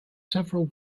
several